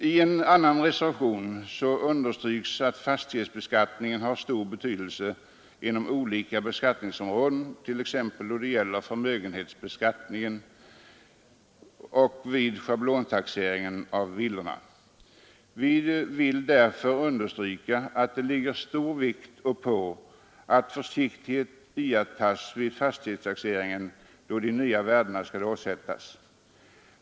I reservationen 2 understryks att fastighetsbeskattningen har stor betydelse inom olika beskattningsområden, t.ex. då det gäller förmögenhetsbeskattningen och vid schablonbeskattningen av villor. Vi vill därför understryka att det bör läggas stor vikt vid att försiktighet iakttages vid fastighetstaxeringen då de nya värdena skall åsättas.